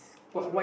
what's it got